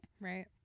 right